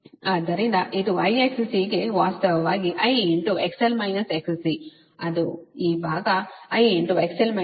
ಆದ್ದರಿಂದ ಇದು I XC ಗೆ ವಾಸ್ತವವಾಗಿ I XL - XC ಅದು ಈ ಭಾಗ I XL - XC ಮತ್ತು ಇದು Z1 ಇಂಟು I